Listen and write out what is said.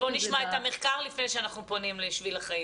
אז בואו נשמע את המחקר לפני שאנחנו פונים לבשביל החיים.